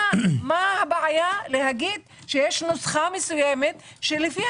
מה הבעיה לומר שיש נוסחה מסוימת שלפיה